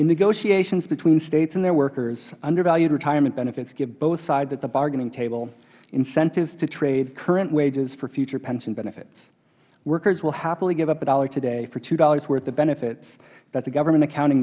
negotiations between states and their workers undervalued retirement benefits give both sides at the bargaining table incentives to trade current wages for future pension benefits workers will happily give up a dollar today for two dollars worth of benefits but the government accounting